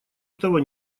этого